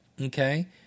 okay